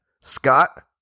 Scott